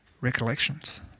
recollections